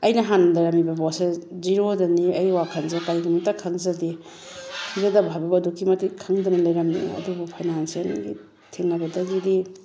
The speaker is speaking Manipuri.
ꯑꯩꯅ ꯍꯥꯟꯅ ꯂꯩꯔꯝꯃꯤꯕ ꯄꯣꯠꯁꯦ ꯖꯤꯔꯣꯗꯅꯤ ꯑꯩ ꯋꯥꯈꯜꯁꯦ ꯀꯔꯤꯃꯇ ꯈꯪꯖꯗꯦ ꯈꯪꯖꯗꯕ ꯍꯥꯏꯕꯕꯨ ꯑꯗꯨꯛꯀꯤ ꯃꯇꯤꯛ ꯈꯪꯗꯅ ꯂꯩꯔꯝꯃꯤ ꯑꯗꯨꯕꯨ ꯐꯥꯏꯅꯥꯟꯁꯤꯑꯦꯜꯒꯤ ꯊꯦꯡꯅꯕꯗꯒꯤꯗꯤ